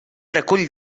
recull